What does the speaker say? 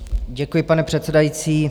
Děkuji, pane předsedající.